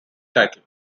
title